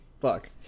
fuck